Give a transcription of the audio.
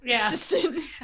assistant